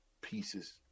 pieces